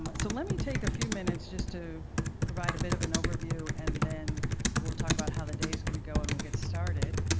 um so let me take a few minutes just to provide a bit of an overview and then we'll talk about how the day's going to go and we'll get started.